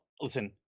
listen